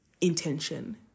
intention